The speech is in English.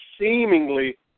seemingly